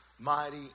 mighty